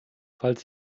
falls